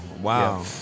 wow